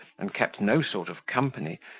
and kept no sort of company,